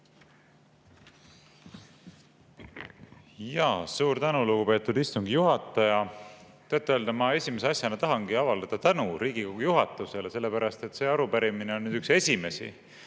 Suur tänu, lugupeetud istungi juhataja! Tõtt-öelda ma esimese asjana tahangi avaldada tänu Riigikogu juhatusele, sellepärast et see arupärimine on üks esimesi